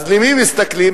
אז על מי מסתכלים?